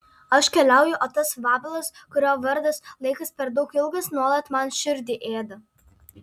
aš keliauju o tas vabalas kurio vardas laikas per daug ilgas nuolat man širdį ėda